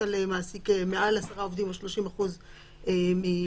על מעסיק מעל עשרה עובדים או 30% מהעובדים,